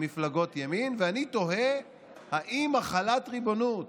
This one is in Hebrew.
כמפלגות ימין, ואני תוהה אם החלת ריבונות